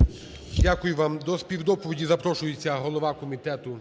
ГОЛОВУЮЧИЙ. Дякую вам. До співдоповіді запрошується голова комітету…